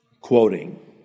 quoting